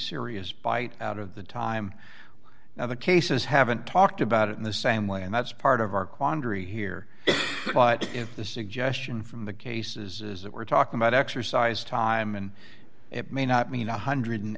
serious bite out of the time now the cases haven't talked about it in the same way and that's part of our quandary here but if the suggestion from the cases is that we're talking about exercise time and it may not mean one hundred and